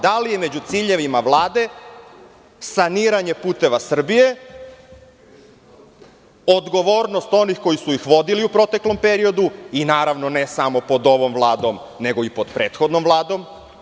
Da li među ciljevima Vlade saniranje "Puteva Srbije", odgovornost onih koji su ih vodili u proteklom periodu, i naravno ne samo pod ovom Vladom nego i pod prethodnom Vladom.